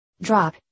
Drop